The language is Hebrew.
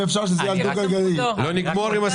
שלא ברור לי למה מבקשים.